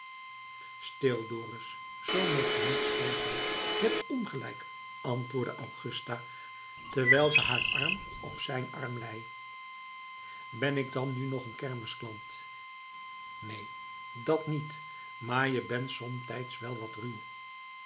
stil dorus zoo moog je niet spreken je hebt ongelijk antwoordde augusta terwijl ze haar hand op zijn arm lei ben ik dan nu nog een kermisklant neen dat niet maar je bent somtijds wel wat ruw